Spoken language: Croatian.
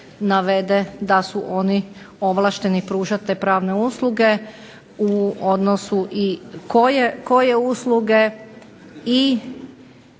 da su oni obavezni pružati te pravne usluge u odnosu i koje usluge i